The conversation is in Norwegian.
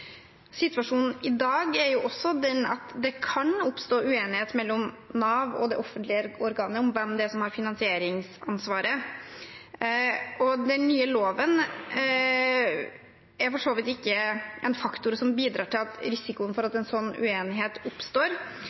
Situasjonen i dag er også den at det kan oppstå uenighet mellom Nav og det offentlige organet om hvem som har finansieringsansvaret. Den nye loven er for så vidt ikke en faktor som bidrar til risikoen for at en sånn uenighet oppstår.